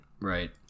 Right